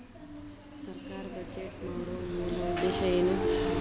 ಸರ್ಕಾರ್ ಬಜೆಟ್ ಮಾಡೊ ಮೂಲ ಉದ್ದೇಶ್ ಏನು?